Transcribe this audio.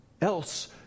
Else